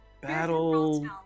Battle